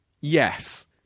Yes